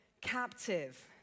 captive